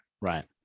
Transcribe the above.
Right